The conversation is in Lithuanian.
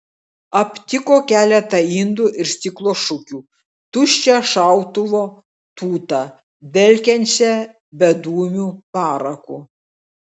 aptiko keletą indų ir stiklo šukių tuščią šautuvo tūtą dvelkiančią bedūmiu paraku